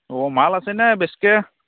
অ' মাল আছেনে বেছিকৈ